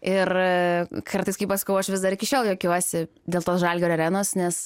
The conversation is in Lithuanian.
ir kartais kai pasakiau aš vis dar iki šiol juokiuosi dėl tos žalgirio arenos nes